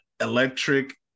Electric